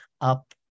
up